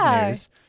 news